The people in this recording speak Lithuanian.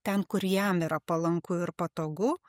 ten kur jam yra palanku ir patogu